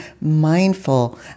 mindful